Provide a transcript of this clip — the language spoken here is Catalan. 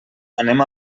anem